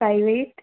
five eight